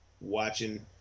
watching